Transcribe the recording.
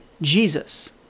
Jesus